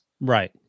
right